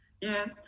Yes